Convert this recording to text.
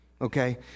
okay